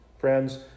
Friends